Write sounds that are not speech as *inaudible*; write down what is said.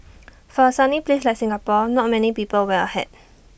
*noise* for A sunny place like Singapore not many people wear A hat